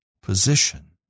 position